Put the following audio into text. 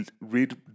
read